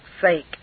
sake